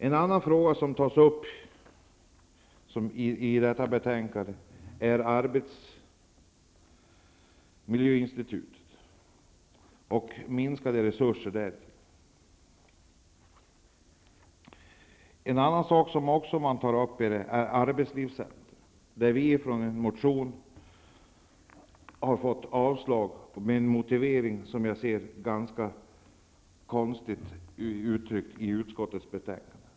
En annan fråga som tas upp i detta betänkande är minskade resurser till arbetsmiljöinstitutet. Ytterligare en sak som man tar upp är arbetslivscentrum. Vi har fått vår motion avstyrkt med en motivering som jag anser vara konstigt uttryckt i utskottets betänkande.